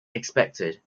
expected